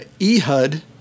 Ehud